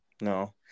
No